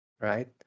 right